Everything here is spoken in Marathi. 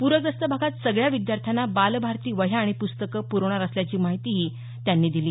पूरग्रस्त भागात सगळ्या विद्यार्थ्यांना बालभारती वह्या आणि पुस्तकं पुरवणार असल्याची माहिती त्यांनी दिली